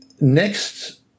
next